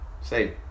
say